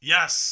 Yes